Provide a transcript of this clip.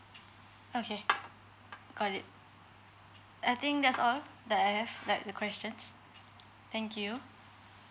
okay got it I think that's all that I have like the questions thank you